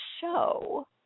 show